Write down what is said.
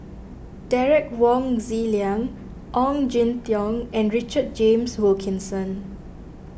Derek Wong Zi Liang Ong Jin Teong and Richard James Wilkinson